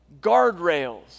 guardrails